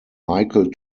michael